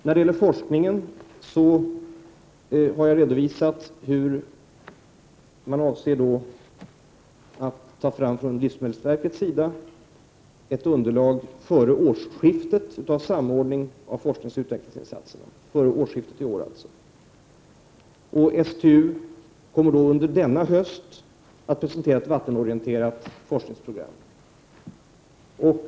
När det gäller forskningen har jag redovisat i svaret hur livsmedelsverket avser att ta fram ett underlag för samordning av forskningsoch utvecklingsinsatserna före årsskiftet. STU kommer att under denna höst presentera ett vattenorienterat forskningsprogram.